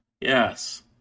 Yes